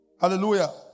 Hallelujah